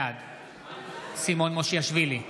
בעד סימון מושיאשוילי,